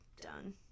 done